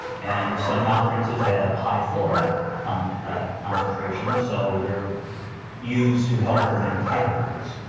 and some mouth rinses have high fluoride kind of concentration so they're used to help prevent cavities,